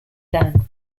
dan